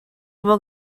will